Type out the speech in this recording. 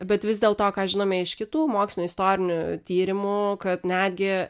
bet vis dėl to ką žinome iš kitų mokslinių istorinių tyrimų kad netgi